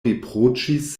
riproĉis